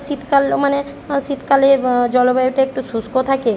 শীতকাল মানে শীতকালে জলবায়ুটা একটু শুষ্ক থাকে